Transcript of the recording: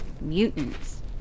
mutants